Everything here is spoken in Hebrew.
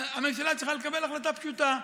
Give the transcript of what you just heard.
הממשלה צריכה לקבל החלטה פשוטה: